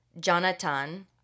Jonathan